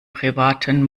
privaten